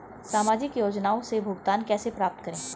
सामाजिक योजनाओं से भुगतान कैसे प्राप्त करें?